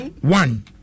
one